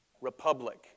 republic